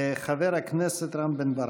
חבר הכנסת רם בן ברק.